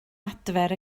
adfer